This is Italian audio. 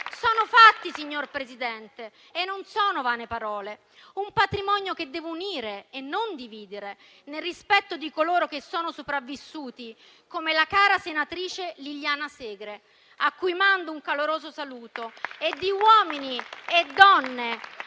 Sono fatti, signor Presidente, e non sono vane parole. È un patrimonio che deve unire e non dividere, nel rispetto di coloro che sono sopravvissuti, come la cara senatrice Liliana Segre, a cui mando un caloroso saluto, e di uomini e donne